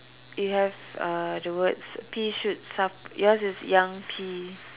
you have uh the words pea shoots some yours is young pea